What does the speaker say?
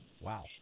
Wow